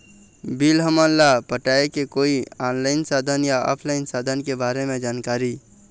Bill हमन ला पटाए के कोई ऑनलाइन साधन या ऑफलाइन साधन के बारे मे जानकारी?